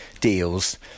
deals